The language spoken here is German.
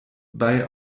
bei